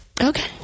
okay